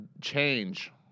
change